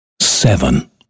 Seven